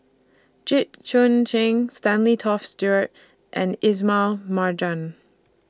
Jit Koon Ch'ng Stanley Toft Stewart and Ismail Marjan